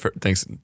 Thanks